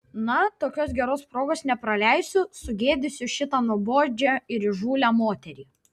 na tokios geros progos nepraleisiu sugėdysiu šitą nuobodžią ir įžūlią moterį